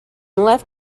left